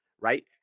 right